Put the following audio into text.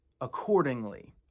accordingly